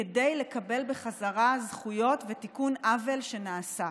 כדי לקבל בחזרה זכויות ותיקון עוול שנעשה.